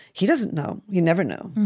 he doesn't know. he never knew,